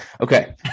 Okay